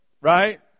right